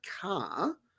car